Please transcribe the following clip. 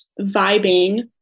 vibing